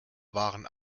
waren